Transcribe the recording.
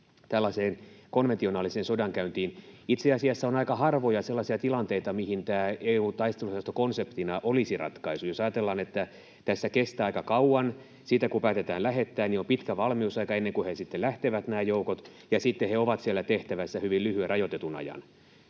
tällaiseen konventionaaliseen sodankäyntiin. Itse asiassa on aika harvoja sellaisia tilanteita, mihin tämä EU:n taisteluosasto konseptina olisi ratkaisu. Jos ajatellaan, että tässä kestää aika kauan siitä kun päätetään lähettää, eli on pitkä valmiusaika ennen kuin nämä joukot sitten lähtevät, ja sitten he ovat siellä tehtävässä hyvin lyhyen, rajoitetun ajan,